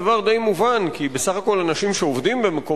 דבר די מובן כי בסך הכול אנשים שעובדים במקום